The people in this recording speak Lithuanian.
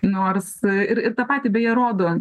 nors ir ir tą patį beje rodo